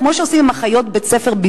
בדיוק כמו שעושים עם אחיות בית-ספר: